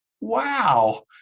wow